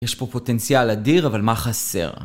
יש פה פוטנציאל אדיר אבל מה חסר?